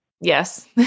Yes